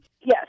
yes